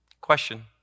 Question